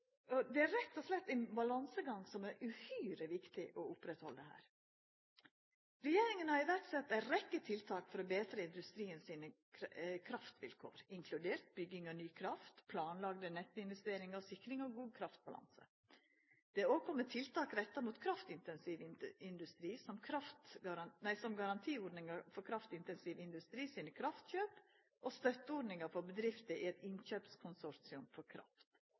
teknologiutvikling. Det er rett og slett ein balansegang som er uhyre viktig å oppretthalda her. Regjeringa har sett i verk ei rekkje tiltak for å betra industrien sine kraftvilkår, inkludert bygging av ny kraft, planlagde nettinvesteringar og sikring av god kraftbalanse. Det har òg kome tiltak retta mot kraftintensiv industri, som garantiordninga for kraftintensiv industri sine kraftkjøp og støtteordninga for bedrifter i eit innkjøpskonsortium for kraft.